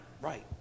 right